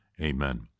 Amen